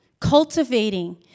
Cultivating